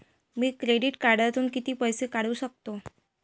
मी credit कार्डातून किती पैसे काढू शकतो?